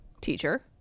teacher